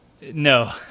no